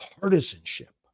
partisanship